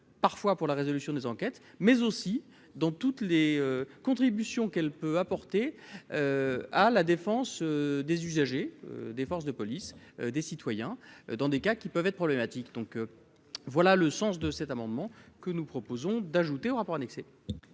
parfois pour la résolution des enquêtes, mais aussi dans toutes les contributions qu'elle peut apporter à la défense des usagers, des forces de police des citoyens dans des cas qui peuvent être problématique, donc voilà le sens de cet amendement que nous proposons d'ajouter au rapport annexé.